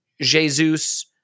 Jesus